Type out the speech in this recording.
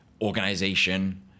organization